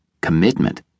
commitment